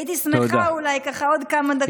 הייתי שמחה, אולי, ככה, עוד כמה דקות, אבל בסדר.